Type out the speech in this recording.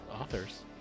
authors